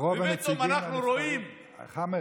ורוב הנציגים הנבחרים, ופתאום אנחנו רואים, חמד,